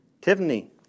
Tiffany